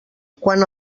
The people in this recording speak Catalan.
quan